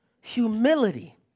humility